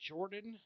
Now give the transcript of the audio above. Jordan